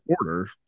order